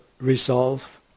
resolve